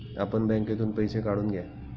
आपण बँकेतून पैसे काढून घ्या